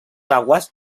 aguas